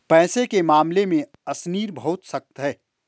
पैसे के मामले में अशनीर बहुत सख्त है